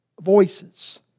voices